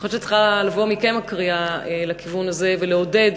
אני חושבת שצריכה לבוא מכם הקריאה לכיוון הזה ולעודד.